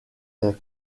est